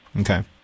Okay